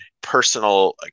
personal